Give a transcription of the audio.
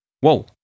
whoa